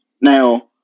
Now